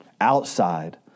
outside